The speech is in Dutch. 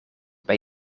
ben